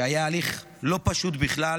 שהיה הליך לא פשוט בכלל.